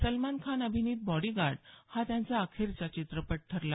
सलमान खान अभिनीत बॉडीगार्ड हा त्यांचा अखेरचा चित्रपट ठरला